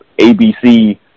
ABC